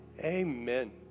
Amen